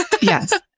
Yes